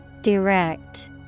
Direct